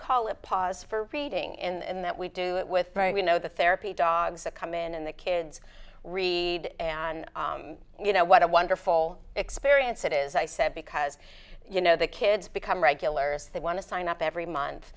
call it pause for eating and that we do it with you know the therapy dogs that come in and the kids read and you know what a wonderful experience it is i said because you know the kids become regulars they want to sign up every month